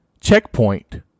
Checkpoint